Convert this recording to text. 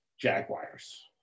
Jaguars